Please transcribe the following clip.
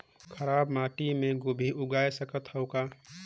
खराब माटी मे गोभी जगाय सकथव का?